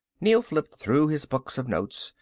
neel flipped through his books of notes,